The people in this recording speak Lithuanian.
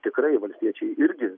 tikrai valstiečiai irgi